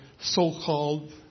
so-called